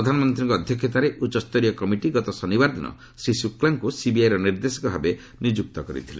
ପ୍ରଧାନମନ୍ତ୍ରୀଙ୍କ ଅଧ୍ୟକ୍ଷତାରେ ଉଚ୍ଚସ୍ତରୀୟ କମିଟି ଗତ ଶନିବାର ଦିନ ଶ୍ରୀ ଶୁକ୍ଲାଙ୍କୁ ସିବିଆଇର ନିର୍ଦ୍ଦେଶକ ଭାବେ ନିଯୁକ୍ତ କରିଥିଲେ